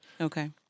Okay